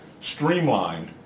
streamlined